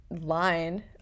line